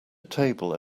table